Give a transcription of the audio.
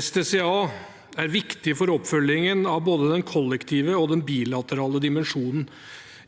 SDCA er viktig for oppfølgingen av både den kollektive og den bilaterale dimensjonen